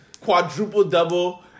quadruple-double